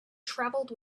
travelled